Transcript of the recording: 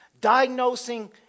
Diagnosing